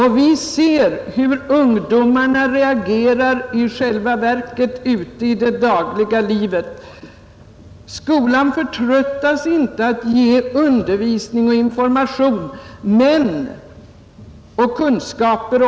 Vi ser hur ungdomarna i själva verket reagerar i det dagliga livet. Skolan förtröttas inte att ge undervisning, information och kunskaper.